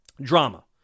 Drama